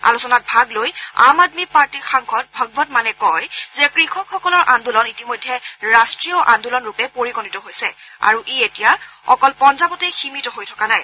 আলোচনাত ভাগ লৈ আম আদমী পাৰ্টীৰ সাংসদ ভগৱৎ মানে কয় যে কৃষকসকলৰ আন্দোলন ইতিমধ্যে ৰাষ্ট্ৰীয় আন্দোলনৰূপে পৰিগণিত হৈছে আৰু ই এতিয়া অকল পঞ্জাৱতে সীমিত হৈ থকা নাই